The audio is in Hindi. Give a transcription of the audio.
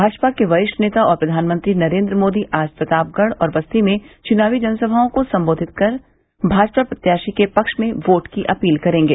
भाजपा के वरिष्ठ नेता और प्रधानमंत्री नरेंद्र मोदी आज प्रतापगढ़ और बस्ती में चुनावी जनसभाओं को संबोधित कर भाजपा प्रत्याशी के पक्ष में वोट अपील करेंगे